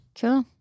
Cool